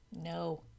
No